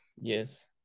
Yes